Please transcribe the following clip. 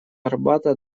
арбата